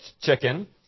chicken